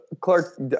Clark